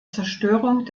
zerstörung